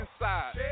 inside